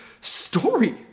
story